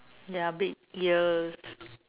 ya big ears